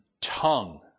Tongue